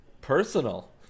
Personal